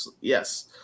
Yes